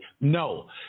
No